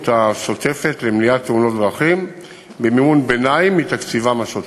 השוטפת למניעת תאונות דרכים במימון ביניים מתקציבם השוטף.